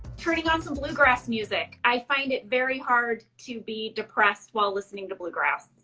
turning on some bluegrass music. i find it very hard to be depressed while listening to bluegrass.